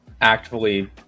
actively